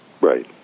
Right